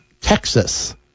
Texas